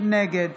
נגד